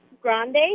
grande